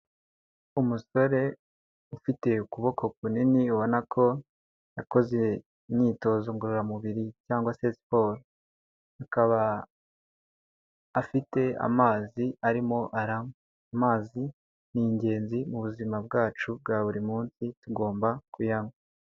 Umusore ufite ukuboko kunini ubona ko yakoze imyitozo ngororamubiri cyangwa se siporo, akaba afite amazi arimo aranywa ni ingenzi mu buzima bwacu bwa buri munsi tugomba kuyanywa.